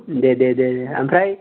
दे दे दे ओमफ्राय